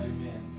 Amen